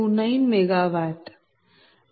029 MW